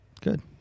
Good